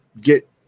get